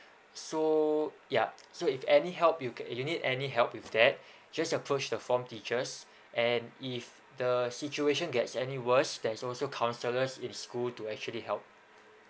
so ya so if any help you get you need any help with that just approach the form teachers and if the situation gets any worst there's also counsellors in school to actually help